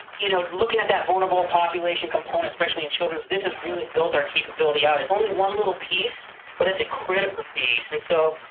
you know, looking at that vulnerable population component especially in children, this has really built our capability out. it's only one little piece but it's a critical piece. and so,